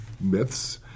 myths